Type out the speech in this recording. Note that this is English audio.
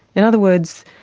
in other words,